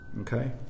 Okay